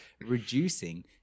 reducing